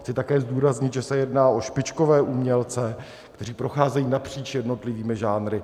Chci také zdůraznit, že se jedná o špičkové umělce, kteří procházejí napříč jednotlivými žánry.